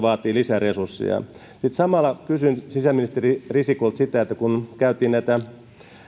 vaatii lisää resursseja nyt samalla kysyn sisäministeri risikolta sitä että kun käytiin näitä